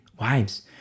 wives